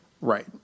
Right